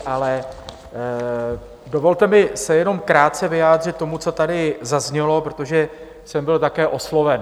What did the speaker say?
Ale dovolte mi se jenom krátce vyjádřit k tomu, co tady zaznělo, protože jsem byl také osloven.